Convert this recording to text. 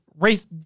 race